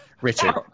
Richard